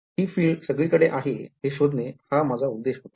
ही filed सगळीकडे आहे हे शोधणे हा माझा उद्देश होता